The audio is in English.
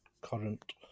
current